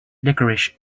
licorice